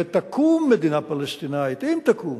ותקום מדינה פלסטינית, אם תקום,